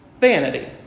vanity